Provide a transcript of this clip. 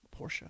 Porsche